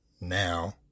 now